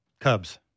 Cubs